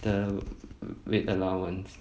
the weight allowance